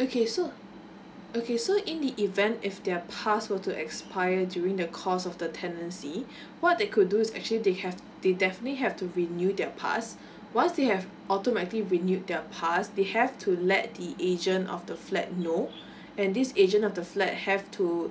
okay so okay so in the event if their pass will to expire during the course of the tendency what they could do is actually they have they definitely have to renew their pass once they have automatically renewed their pass they have to let the agent of the flat know and this agent of the flat have to